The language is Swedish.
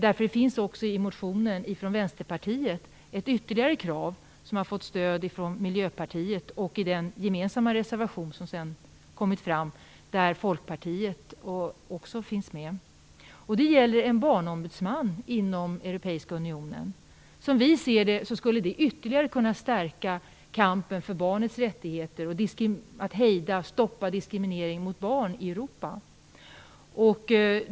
Det finns också i motionen från Vänsterpartiet ett ytterligare krav, som har fått stöd från Miljöpartiet och i den gemensamma reservation som sedan kommit fram där också Folkpartiet finns med. Det gäller en barnombudsman inom den europeiska unionen. Som vi ser det skulle det ytterligare kunna stärka kampen för barnets rättigheter och för att hejda och stoppa diskriminering av barn i Europa.